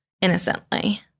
innocently